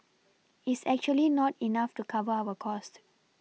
is actually not enough to cover our cost